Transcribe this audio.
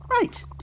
Right